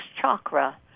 chakra